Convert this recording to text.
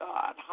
God